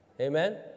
Amen